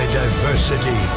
diversity